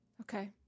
Okay